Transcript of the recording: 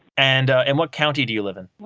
and and what county do you live in?